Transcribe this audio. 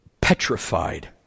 petrified